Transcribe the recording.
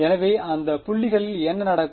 எனவே அந்த புள்ளிகளில் என்ன நடக்கும்